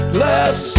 last